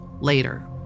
later